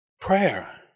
Prayer